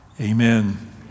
amen